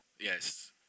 yes